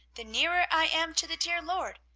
the nearer i am to the dear lord,